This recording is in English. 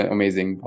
Amazing